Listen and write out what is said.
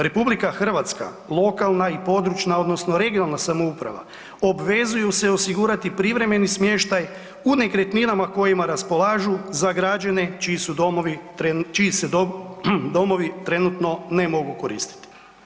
RH, lokalna i područna odnosno regionalna samouprava obvezuju se osigurati privremeni smještaj u nekretninama kojima raspolažu za građane čiji se domovi trenutno ne mogu koristiti.